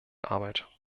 arbeit